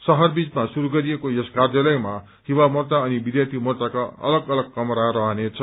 शहर बीचमा श्रुस गरिएको यस कार्यालयमा युवा मोर्चा अनि विद्यार्थी मोर्चाका अलग अलग कमरा रहने छन्